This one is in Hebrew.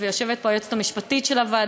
ויושבת פה היועצת המשפטית של הוועדה,